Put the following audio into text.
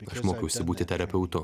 aš mokiausi būti terapeutu